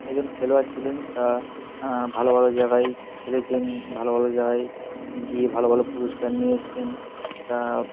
একজন খেলোয়াড় ছিলেন তা ভালো ভালো জায়গায় খেলেছেন ভালো ভালো জায়গায় গিয়ে ভালো ভালো পুরস্কার নিয়ে এসছেন তা